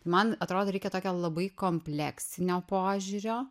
man atrodo reikia tokio labai kompleksinio požiūrio